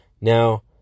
Now